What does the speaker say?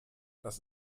das